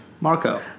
Marco